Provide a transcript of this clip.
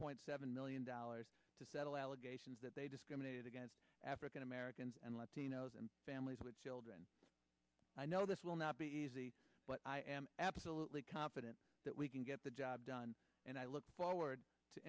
point seven million dollars to settle allegations that they discriminated against african americans and latinos and families with children i know this will not be easy but i am absolutely confident that we can get the job done and i look forward to